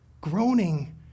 Groaning